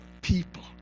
people